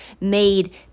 made